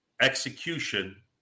execution